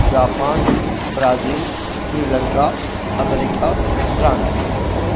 Japan Brazil Sri Lanka America France